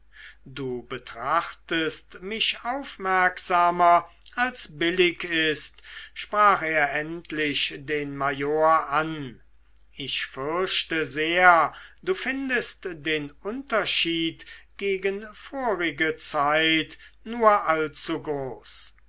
du betrachtest mich aufmerksamer als billig ist sprach er endlich den major an ich fürchte sehr du findest den unterschied gegen vorige zeit nur allzu groß